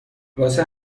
واسه